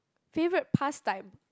favourite pastime